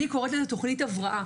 אני קוראת לזה תוכנית הבראה,